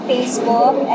Facebook